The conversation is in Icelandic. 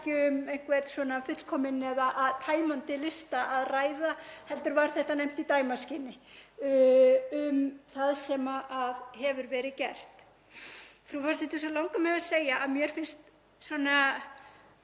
um einhvern fullkominn eða tæmandi lista að ræða heldur var þetta nefnt í dæmaskyni um það sem hefur verið gert. Frú forseti. Svo langar mig að segja að mér finnst í